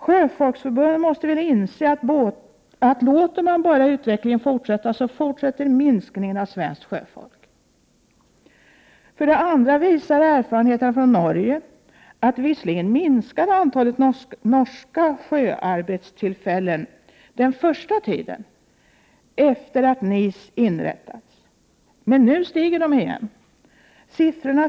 Sjöfolksförbundet måste väl inse att om man låter utvecklingen få fortsätta, så fortsätter minskningen av svenskt sjöfolk. För det andra visar erfarenheterna från Norge att antalet norska sjöarbetstillfällen visserligen minskade den första tiden efter det att NIS inrättades, men nu stiger antalet igen.